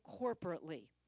corporately